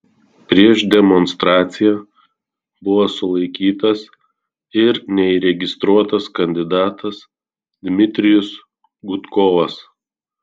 prieš demonstraciją buvo sulaikytas ir neįregistruotas kandidatas dmitrijus gudkovas